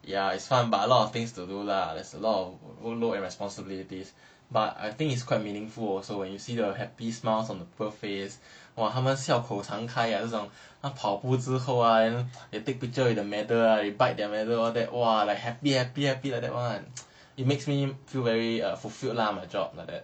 ya it's fun but a lot of things to do lah there's a lot of work load and responsibilities but I think it's quite meaningful also when you see the happy smiles on the people's face !wah! 他们笑口常开啊这种跑步之后 ah they take picture with the medal they bite their medal like that !wah! like happy happy happy like that [one] it makes me feel very uh fulfilled lah my job like that